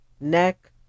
neck